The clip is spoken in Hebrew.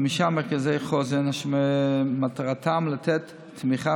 חמישה מרכזי חוסן אשר מטרתם לתת תמיכה